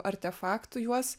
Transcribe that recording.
artefaktų juos